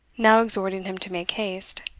now exhorting him to make haste,